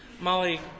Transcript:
Molly